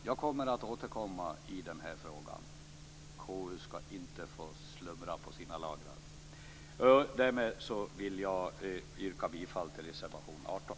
Jag tänker återkomma i frågan. KU skall inte få slumra på sina lagrar. Därmed yrkar jag bifall till reservation 18.